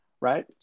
right